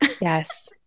Yes